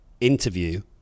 interview